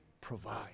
provide